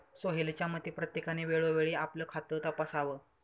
सोहेलच्या मते, प्रत्येकाने वेळोवेळी आपलं खातं तपासावं